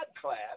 class